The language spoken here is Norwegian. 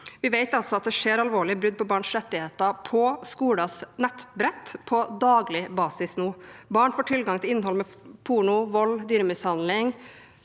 Vi vet altså at det daglig skjer alvorlige brudd på barns rettigheter på skolers nettbrett. Barn får tilgang til innhold med porno, vold, dyremishandling